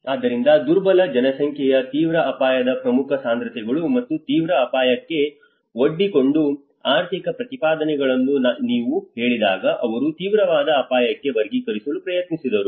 ಆದ್ದರಿಂದ ದುರ್ಬಲ ಜನಸಂಖ್ಯೆಯ ತೀವ್ರ ಅಪಾಯದ ಪ್ರಮುಖ ಸಾಂದ್ರತೆಗಳು ಮತ್ತು ತೀವ್ರ ಅಪಾಯಕ್ಕೆ ಒಡ್ಡಿಕೊಂಡ ಆರ್ಥಿಕ ಪ್ರತಿಪಾದನೆಗಳನ್ನು ನೀವು ಹೇಳಿದಾಗ ಅವರು ತೀವ್ರವಾದ ಅಪಾಯಕ್ಕೆ ವರ್ಗೀಕರಿಸಲು ಪ್ರಯತ್ನಿಸಿದರು